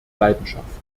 leidenschaft